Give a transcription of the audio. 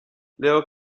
leo